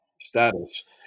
Status